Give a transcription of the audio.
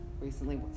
Recently